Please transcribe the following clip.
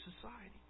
society